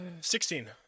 Sixteen